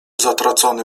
zatracony